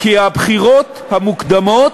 כי הבחירות המוקדמות,